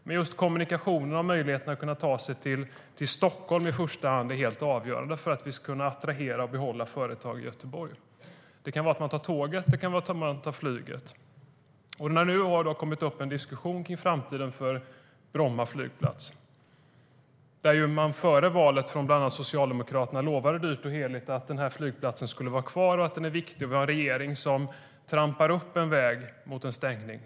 Men just kommunikationerna och möjligheterna att ta sig till Stockholm i första hand är helt avgörande för att vi ska kunna attrahera och behålla företag i Göteborg. Det kan vara att man tar tåget eller att man tar flyget. Nu har det alltså kommit upp en diskussion kring framtiden för Bromma flygplats. Före valet lovade bland andra Socialdemokraterna dyrt och heligt att denna flygplats var viktig och skulle vara kvar. Vi har nu en regering som trampar upp en väg mot en stängning.